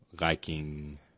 liking